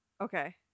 Okay